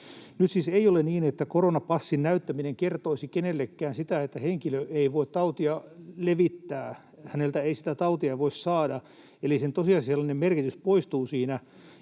Nyt siis ei ole niin, että koronapassin näyttäminen kertoisi kenellekään sitä, että henkilö ei voi tautia levittää, häneltä ei sitä tautia voi saada, eli sen tosiasiallinen merkitys poistuu siinä,